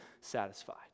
satisfied